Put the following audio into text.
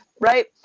right